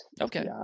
Okay